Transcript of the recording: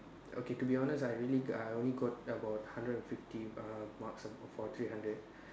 okay to be honest I really I only got about hundred and fifty uh marks for three hundred